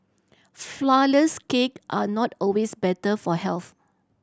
flourless cake are not always better for health